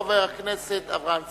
חבר הכנסת אברהם צרצור,